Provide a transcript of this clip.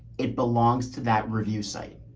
it belongs to that review site.